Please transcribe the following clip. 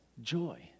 Joy